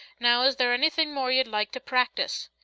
now, is there anything more ye'd like to practice?